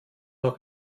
noch